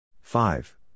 five